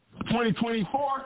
2024